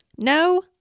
no